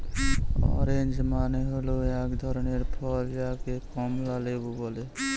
orange মানে হল এক ধরনের ফল যাকে কমলা লেবু বলে